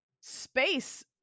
space